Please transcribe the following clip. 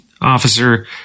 officer